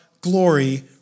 glory